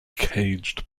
caged